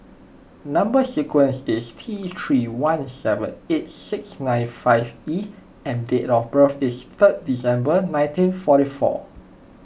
Number Sequence is T three one seven eight six nine five E and date of birth is third December nineteen forty four